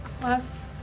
Plus